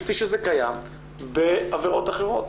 כפי שזה קיים בעבירות אחרות